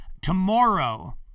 tomorrow